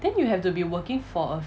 then you have to be working for a